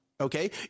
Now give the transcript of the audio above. Okay